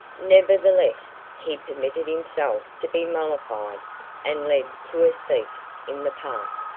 nevertheless, he permitted himself to be mollified and led to a seat in the park.